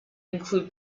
include